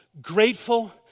grateful